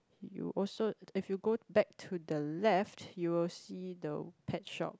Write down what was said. you'll also if you go back to the left you will see the pet shop